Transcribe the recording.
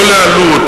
לא לאיזה עלות,